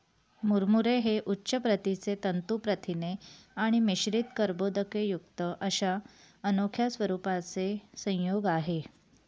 मुरमुरे हे उच्च प्रतीचे तंतू प्रथिने आणि मिश्रित कर्बोदकेयुक्त अशा अनोख्या स्वरूपाचे संयोग आहे